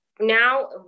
now